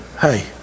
hey